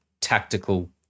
tactical